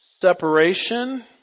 Separation